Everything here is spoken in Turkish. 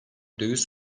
döviz